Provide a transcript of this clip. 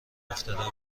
افتاده